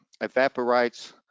evaporates